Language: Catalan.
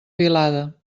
vilada